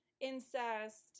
incest